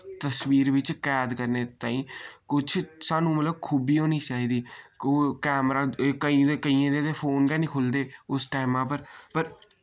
तस्वीर बिच कैद करने ताईं कुछ स्हानू मतलब खूबी होनी चाहिदी को कैमरा केइयें केइयें दे ते फोन गै नि खुलदे उस टाइमां पर पर